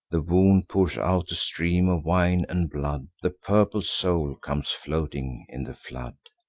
the wound pours out a stream of wine and blood the purple soul comes floating in the flood.